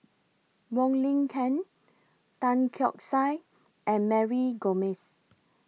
Wong Lin Ken Tan Keong Saik and Mary Gomes